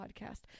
podcast